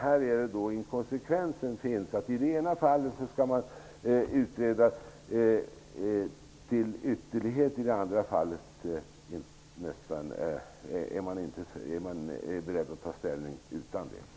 Häri ligger inkonsekvensen: I det ena fallet skall man utreda till ytterlighet. I det andra fallet är man beredd att ta ställning utan utredning.